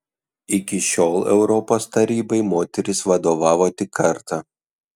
iki šiol europos tarybai moteris vadovavo tik kartą